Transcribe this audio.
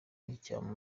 nk’icyaha